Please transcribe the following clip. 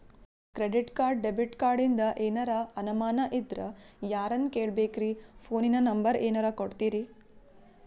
Credit card, debit ಕಾರ್ಡಿಂದ ಏನರ ಅನಮಾನ ಇದ್ರ ಯಾರನ್ ಕೇಳಬೇಕ್ರೀ, ಫೋನಿನ ನಂಬರ ಏನರ ಕೊಡ್ತೀರಿ?